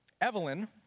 Evelyn